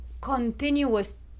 continuous